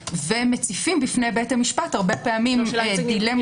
ומציפים בפני בית המשפט הרבה פעמים דילמות.